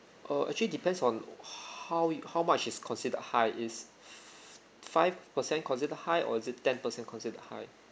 uh actually depends on how how much is considered high is five percent considered high or is it ten percent considered high